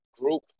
Group